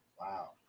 Wow